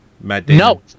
No